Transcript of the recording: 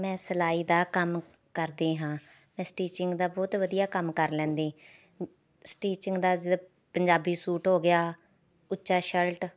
ਮੈਂ ਸਿਲਾਈ ਦਾ ਕੰਮ ਕਰਦੀ ਹਾਂ ਮੈਂ ਸਟੀਚਿੰਗ ਦਾ ਬਹੁਤ ਵਧੀਆ ਕੰਮ ਕਰ ਲੈਂਦੀ ਸਟੀਚਿੰਗ ਦਾ ਜ ਪੰਜਾਬੀ ਸੂਟ ਹੋ ਗਿਆ ਪੁੱਚਾ ਸਲਰਟ